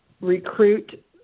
recruit